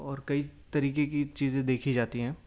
اور کئی طریقے کی چیزیں دیکھی جاتی ہیں